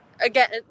again